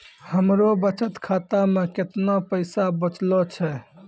हमरो बचत खाता मे कैतना पैसा बचलो छै?